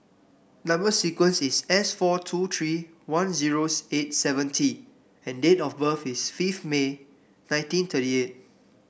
number sequence is S four two three one zero eight seven T and date of birth is fifth May nineteen thirty eight